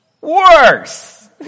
worse